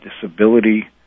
disability